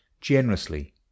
generously